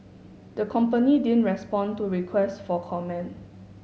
the company didn't respond to request for comment